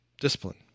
discipline